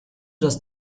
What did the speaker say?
das